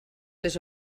les